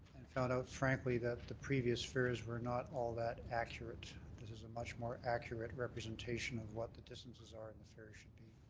found out frankly that the previous fares were not all that accurate. this is a much more accurate representation of what the differences are and the fares should be.